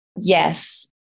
Yes